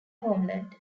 homeland